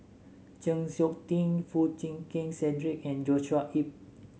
Chng Seok Tin Foo Chee Keng Cedric and Joshua Ip